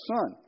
son